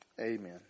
Amen